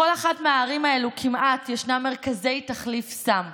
כמעט בכל אחת מהערים האלה יש מרכזי תחליף סם.